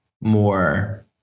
more